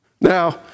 Now